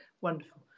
wonderful